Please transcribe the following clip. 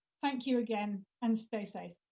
thank you again, and stay safe.